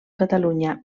catalunya